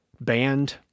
banned